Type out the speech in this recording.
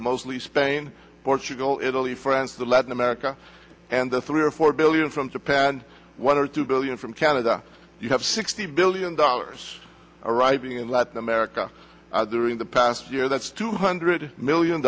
mostly spain portugal italy france the latin america and the three or four billion from japan and one or two billion from canada you have sixty billion dollars arriving in latin america during the past year that's two hundred million